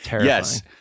yes